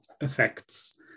effects